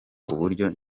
kuburyo